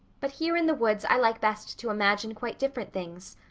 but here in the woods i like best to imagine quite different things.